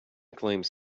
claims